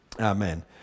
Amen